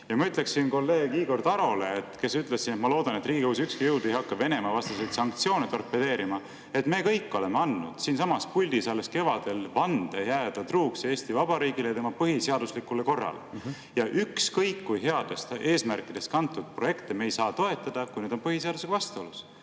Ja ma ütleksin kolleeg Igor Tarole, kes ütles, et ta loodab, et Riigikogus ükski jõud ei hakka Venemaa-vastaseid sanktsioone torpedeerima, et me kõik oleme andnud siinsamas puldis alles kevadel vande jääda truuks Eesti Vabariigile ja tema põhiseaduslikule korrale. Ükskõik kui headest eesmärkidest kantud projekte me ei saa toetada, kui need on põhiseadusega vastuolus.